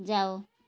ଯାଅ